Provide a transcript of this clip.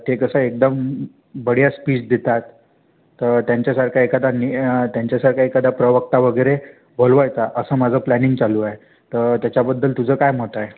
ते कसं एकदम बढिया स्पीच देतात तर त्यांच्यासारखा एखादा नी त्यांच्यासारखा एखादा प्रवक्ता वगैरे बोलवायचा असं माझं प्लॅनिंग चालू आहे तर त्याच्याबद्दल तुझं काय मत आहे